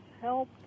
help